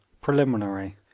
preliminary